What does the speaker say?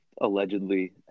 allegedly